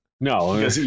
No